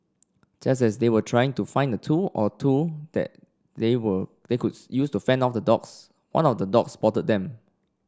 just as they were trying to find tool or two that they will they could use to fend off the dogs one of the dogs spotted them